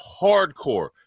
hardcore